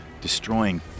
destroying